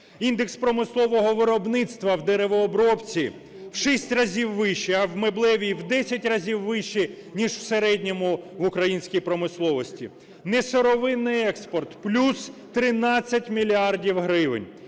Індекс промислового виробництва в деревообробці в 6 разів вищий, а в меблевій – в 10 разів вищий, ніж в середньому в українській промисловості. Несировинний експорт – плюс 13 мільярдів гривень.